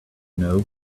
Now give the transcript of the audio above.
know